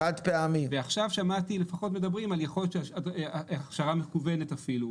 ועכשיו שמעתי לפחות מדברים על הכשרה מקוונת אפילו.